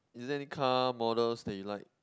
is there any car model that you like